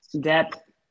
depth